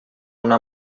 una